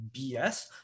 BS